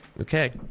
Okay